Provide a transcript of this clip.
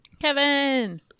Kevin